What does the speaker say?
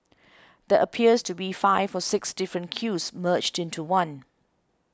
there appears to be five or six different queues merged into one